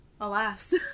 alas